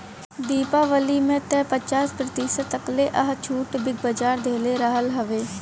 दीपावली में तअ पचास प्रतिशत तकले कअ छुट बिग बाजार देहले रहल हवे